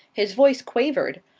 his voice quavered.